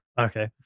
Okay